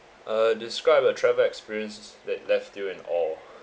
uh describe a travel experiences that left you in awe